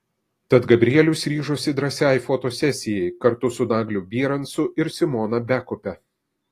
tad gabrielius ryžosi drąsiai fotosesijai kartu su nagliu bierancu ir simona bekupe